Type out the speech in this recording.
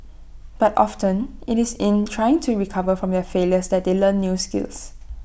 but often IT is in trying to recover from their failures that they learn new skills